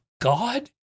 God